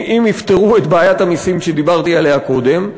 אם יפתרו את בעיית המסים שדיברתי עליה קודם,